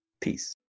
Peace